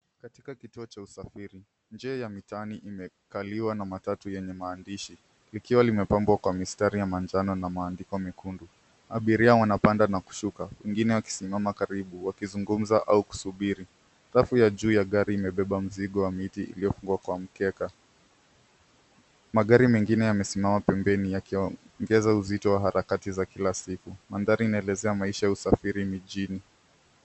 Katikati ya usafiri, njia ya mitaani imekaliwa na matatu yenye maandishi likiwa limepambwa kwa mistari ya manjano na maandiko mekundu. Abiria wanapanda na kushuka, wengine wakisimama karibu wakizungumza au kusubiri. Rafu la juu ya gari limebeba mzigo wa miti iliyofungwa kwa mkeka. Magari mengine yamesimama pembeni yakiongeza uzito wa harakati za kila siku. Mandhari inaelezea maisha ya usafiri mijini.